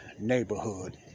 neighborhood